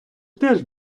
теж